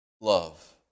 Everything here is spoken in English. love